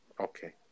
Okay